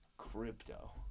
Crypto